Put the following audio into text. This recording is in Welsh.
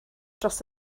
dros